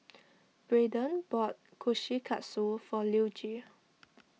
Braeden bought Kushikatsu for Luigi